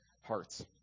hearts